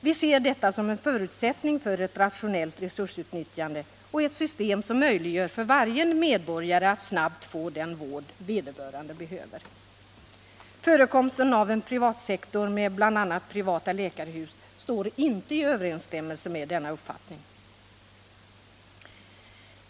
Vi ser detta som en förutsättning för ett rationellt resursutnyttjande och ett system som möjliggör för varje medborgare att snabbt få den vård vederbörande behöver. Förekomsten av en privat sektor med bl.a. privata läkarhus står inte i överensstämmelse med denna uppfattning.